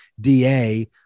DA